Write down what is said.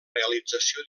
realització